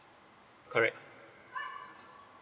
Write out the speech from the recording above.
correct